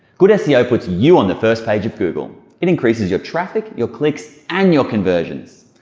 good seo puts you on the first page of google. it increases your traffic, your clicks, and your conversions.